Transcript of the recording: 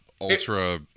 ultra